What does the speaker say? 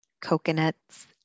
coconuts